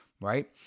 right